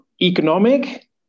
economic